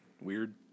weird